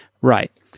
Right